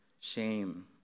shame